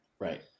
Right